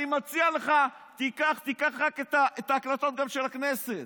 אני מציע לך, תיקח את ההקלטות של הכנסת.